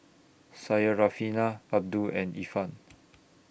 Syarafina Abdul and Irfan